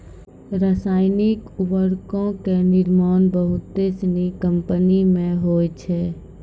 रसायनिक उर्वरको के निर्माण बहुते सिनी कंपनी मे होय छै